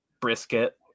brisket